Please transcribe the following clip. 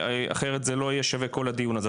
אחרת לא יהיה שווה כל הדיון הזה.